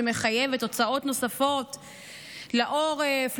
שמחייבת הוצאות נוספות לעורף,